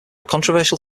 controversial